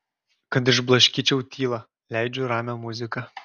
kad išblaškyčiau tylą leidžiu ramią muziką